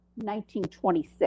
1926